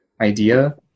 idea